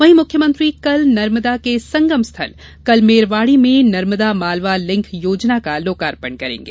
वहीं मुख्यमंत्री कल नर्मदा के संगम स्थल कलमेरवाड़ी में नर्मदा मालवा लिंक योजना का लोकार्पण करेंगे